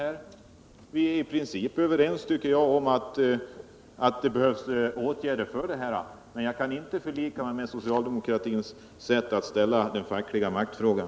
Jag finner att vi i princip är överens om att det behövs åtgärder, men jag kan inte förlika mig med socialdemokratins sätt att behandla den fackliga maktfrågan.